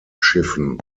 schiffen